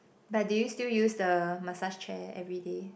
but do you still use the massage chair everyday